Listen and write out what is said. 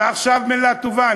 ועכשיו מילה טובה,